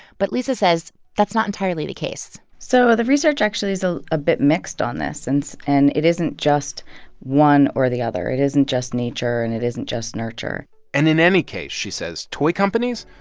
but lisa says that's not entirely the case so the research actually is a ah bit mixed on this. and and it isn't just one or the other. it isn't just nature, and it isn't just nurture and in any case, she says, toy companies,